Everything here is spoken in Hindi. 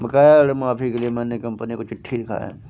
बकाया ऋण माफी के लिए मैने कंपनी को चिट्ठी लिखा है